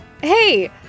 hey